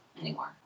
anymore